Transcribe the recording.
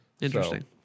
Interesting